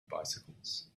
bicycles